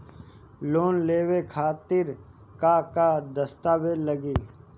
Loan लेवे खातिर का का दस्तावेज लागी?